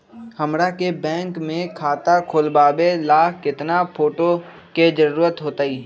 हमरा के बैंक में खाता खोलबाबे ला केतना फोटो के जरूरत होतई?